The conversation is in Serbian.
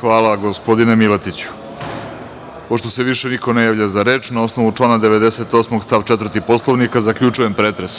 Hvala, gospodine Miletiću. Pošto se više niko ne javlja za reč, na osnovu člana 98. stav 4. Poslovnika, zaključujem pretres